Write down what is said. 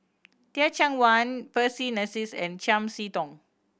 Teh Cheang Wan Percy McNeice and Chiam See Tong